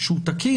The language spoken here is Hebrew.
שהוא תקין,